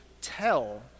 tell